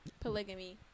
polygamy